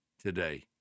today